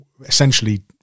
essentially